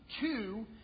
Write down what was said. Two